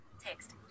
Text